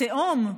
התהום,